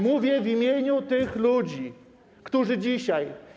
Mówię w imieniu tych ludzi, którzy dzisiaj.